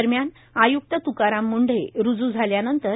दरम्यान आयुक्त तुकाराम मुंढे रुजू झाल्यानंतर